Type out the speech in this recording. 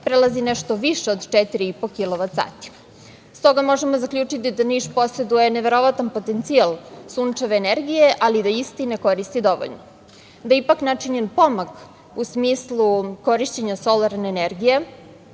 prelazi nešto više od četiri i po kilovat sati. Stoga možemo zaključiti da Niš poseduje neverovatan potencijal sunčeve energije, ali i da isti ne koristi dovoljno. Da je ipak načinjen pomak u smislu korišćenja solarne energije,